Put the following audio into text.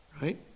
right